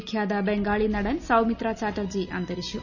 വിഖ്യാത ബംഗാളി നടൻ സൌമിത്ര ചാറ്റർജി അന്തരിച്ചു